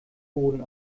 boden